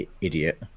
idiot